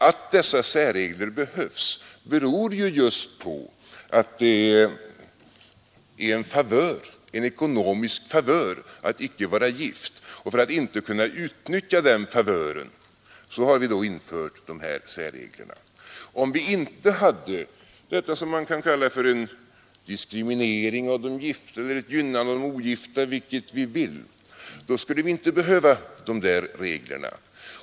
Att dessa särregler behövs beror ju just på att det är en ekonomisk favör att icke vara gift. För att den favören inte skall kunna utnyttjas har vi då infört de här särreglerna. Om vi inte hade detta som man kan kalla för en diskriminering av de gifta eller ett gynnande av de ogifta — vilket man vill — skulle vi inte behöva dessa regler.